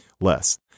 Less